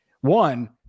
one